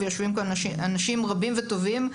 ויושבים כאן אנשים רבים וטובים.